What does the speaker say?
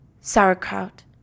sauerkraut